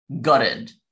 gutted